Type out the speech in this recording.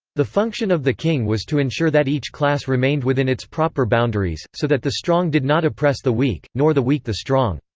the function of the king was to ensure that each class remained within its proper boundaries, so that the strong did not oppress the weak, nor the weak the strong.